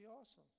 awesome